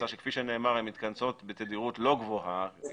- שכפי שנאמר הן מתכנסות בתדירות לא גבוהה יחסית,